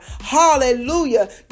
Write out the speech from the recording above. hallelujah